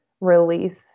release